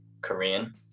Korean